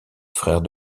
frères